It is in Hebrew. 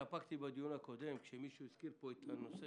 התאפקתי בדיון הקודם כאשר מישהו הזכיר פה את נושא